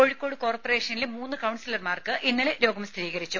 കോഴിക്കോട് കോർപ്പറേഷനിലെ മൂന്ന് കൌൺസിലർമാർക്ക് ഇന്നലെ രോഗം സ്ഥിരീകരിച്ചു